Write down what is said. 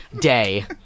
day